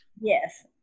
Yes